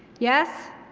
yes,